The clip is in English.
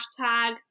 hashtag